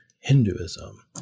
Hinduism